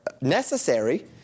necessary